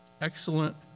excellent